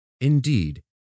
indeed